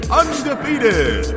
undefeated